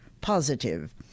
positive